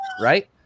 right